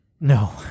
No